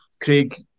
Craig